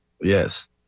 Yes